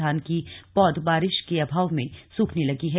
धान की पौध बारिश के अभाव में सूखने लगे हैं